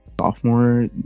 sophomore